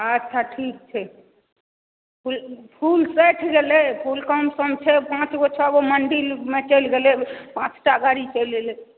अच्छा ठीक छै फूल फूल सठि गेलै फूल कमसम छै पाँच गो छओगो मंदिलमे चलि गेलै पाँचटा गाड़ी चलि एलै